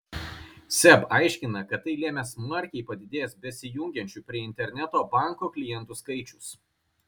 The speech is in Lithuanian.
seb aiškina kad tai lėmė smarkiai padidėjęs besijungiančių prie interneto banko klientų skaičius